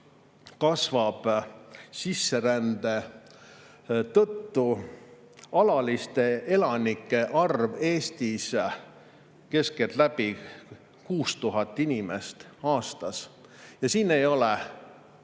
kasvab sisserände tõttu alaliste elanike arv Eestis keskeltläbi 6000 inimese võrra aastas. Ja siin ei ole